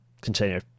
container